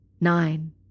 Nine